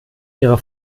ihrer